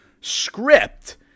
script